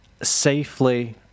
safely